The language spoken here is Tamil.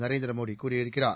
நரேந்திர மோடி கூறியிருக்கிறார்